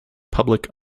public